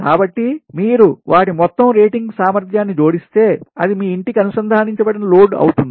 కాబట్టి మీరు వాటి మొత్తం రేటింగ్ సామర్థ్యాన్ని జోడిస్తే అది మీ ఇంటికి అనుసంధానించబడిన లోడ్ అవుతుంది